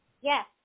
Yes